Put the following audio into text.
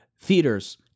theaters